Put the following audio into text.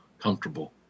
Comfortable